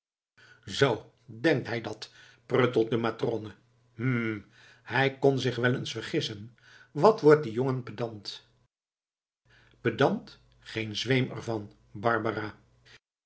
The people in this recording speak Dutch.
zoo denkt hij dat pruttelt de matrone hm hij kon zich wel eens vergissen wat wordt die jongen pedant pedant geen zweem er van barbara